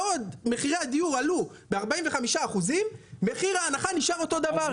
מחירי הדיור עלו ב-45% אבל מחיר ההנחה נשאר אותו הדבר.